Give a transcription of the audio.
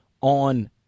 on